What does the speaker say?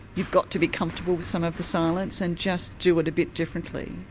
you've got to be comfortable with some of the silence and just do it a bit differently.